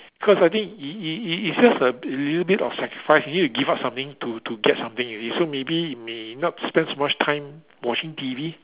cause I think it it it it's just a a little bit of sacrifice you need to give up something to to get something you see so maybe may not spend so much time watching T_V